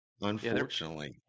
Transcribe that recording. Unfortunately